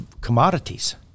commodities